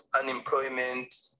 unemployment